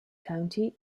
county